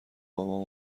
بابام